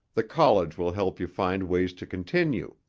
the college will help you find ways to continue.